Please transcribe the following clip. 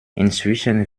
inzwischen